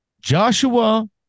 Joshua